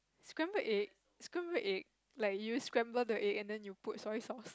scramble egg scramble egg like you scramble the egg and then you put soy sauce